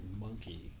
monkey